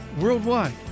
worldwide